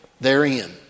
therein